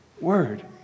word